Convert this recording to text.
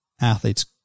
athletes